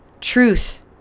Truth